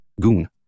Goon